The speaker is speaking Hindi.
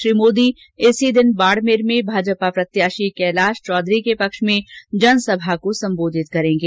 श्री मोदी इसी दिन बाडमेर में भाजपा प्रत्याशी कैलाश चौधरी के पक्ष में जनसभा को संबोधित करेंगे